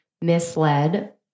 misled